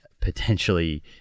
potentially